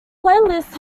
playlists